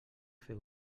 fer